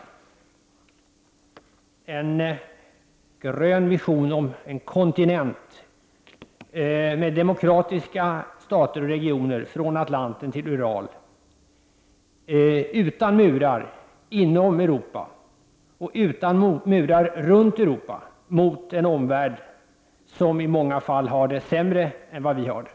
Det är en grön vision om en kontinent med demokratiska stater och regioner från Atlanten till Ural utan murar inom och runt om Europa mot en omvärld som i många fall har det sämre än vad vi har det.